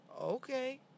Okay